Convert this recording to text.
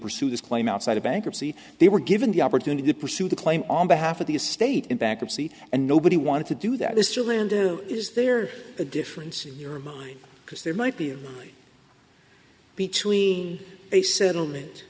pursue this claim outside of bankruptcy they were given the opportunity to pursue the claim on behalf of the estate in bankruptcy and nobody wanted to do that this chilling to is there a difference in your mind because there might be in between a settlement